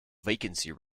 vacancy